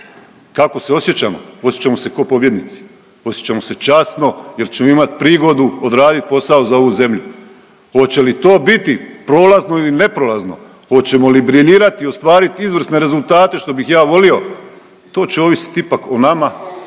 Kako se osjećamo? Osjećamo se ko pobjednici, osjećamo se časno jer ćemo imat prigodu odradit posao za ovu zemlju. Hoće li to biti prolazno ili neprolazno, hoćemo li briljirati i ostvarit izvrsne rezultate što bih ja volio, to će ovisit ipak o nama